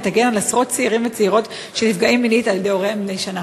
ותגן על עשרות צעירים וצעירות שנפגעים מינית על-ידי הוריהם מדי שנה.